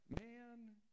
man